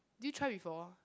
did you try before